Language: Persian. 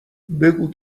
بگو